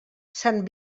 sant